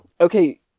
Okay